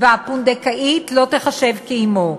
והפונדקאית לא תיחשב כאמו,